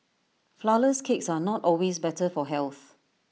Flourless Cakes are not always better for health